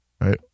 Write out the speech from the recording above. Right